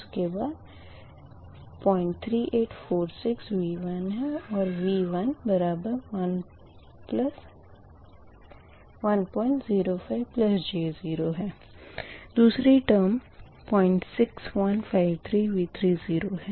उसके बाद 03846 V1 है और V1 105j0 है दूसरी टर्म 06153 V30 है